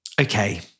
Okay